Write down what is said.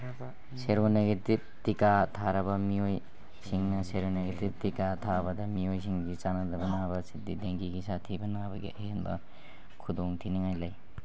seronegative ꯇꯤꯀꯥ ꯊꯥꯔꯕ ꯃꯤꯑꯣꯏꯁꯤꯡꯅ ꯁꯦꯔꯣꯅꯦꯒꯦꯇꯤꯞ ꯇꯤꯀꯥ ꯊꯥꯕꯗ ꯃꯤꯑꯣꯏꯁꯤꯡꯒꯤ ꯆꯥꯡꯗꯝꯅꯕ ꯑꯁꯤ ꯗꯦꯡꯒꯤꯒꯤ ꯁꯥꯊꯤꯕ ꯅꯥꯕꯒꯤ ꯑꯍꯦꯟꯕ ꯈꯨꯗꯣꯡ ꯊꯤꯅꯤꯡꯉꯥꯏ ꯂꯩ